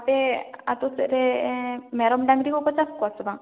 ᱟᱯᱮ ᱟᱛᱳ ᱥᱮᱡᱨᱮ ᱢᱮᱨᱚᱢ ᱰᱟᱹᱝᱨᱤ ᱠᱚᱠᱚ ᱪᱟᱥ ᱠᱚᱣᱟ ᱥᱮ ᱵᱟᱝ